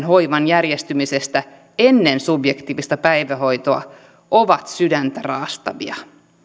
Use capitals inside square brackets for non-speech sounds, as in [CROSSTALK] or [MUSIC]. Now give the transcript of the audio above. [UNINTELLIGIBLE] hoivan järjestymisestä ennen subjektiivista päivähoitoa olivat sydäntä raastavia